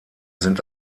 sind